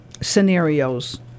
scenarios